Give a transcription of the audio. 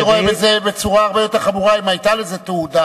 הייתי רואה את זה בצורה הרבה יותר חמורה אם היתה לזה תהודה.